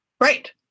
Right